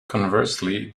conversely